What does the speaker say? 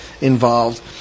involved